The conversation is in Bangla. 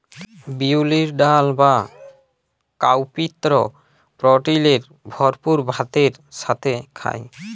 বিউলির ডাল বা কাউপিএ প্রটিলের ভরপুর ভাতের সাথে খায়